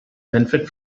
benefit